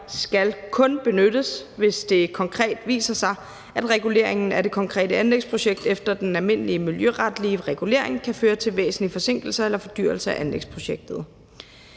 skal kun benyttes, hvis det konkret viser sig, at reguleringen af det konkrete anlægsprojekt efter den almindelige miljøretlige regulering kan føre til væsentlige forsinkelser eller fordyrelser af anlægsprojektet.